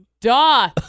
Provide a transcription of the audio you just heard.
duh